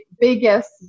biggest